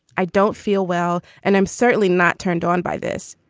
i don't feel well and i'm certainly not turned on by this.